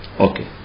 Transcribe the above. Okay